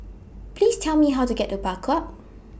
Please Tell Me How to get to Bakau